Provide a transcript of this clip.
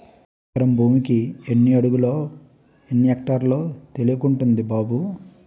ఎకరం భూమికి ఎన్ని అడుగులో, ఎన్ని ఎక్టార్లో తెలియకుంటంది బాబూ